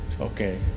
Okay